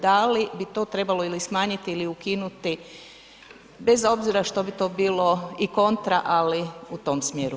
Da li bi to trebalo ili smanjiti ili ukinuti bez obzira što bi to bilo i kontra ali u to smjeru?